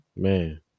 Man